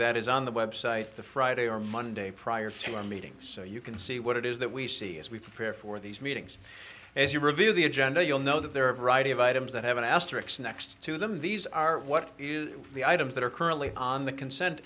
that is on the website the friday or monday prior to our meeting so you can see what it is that we see as we prepare for these meetings as you review the agenda you'll know that there are a variety of items that haven't asterix next to them these are what are the items that are currently on the consent